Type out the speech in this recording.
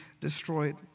destroyed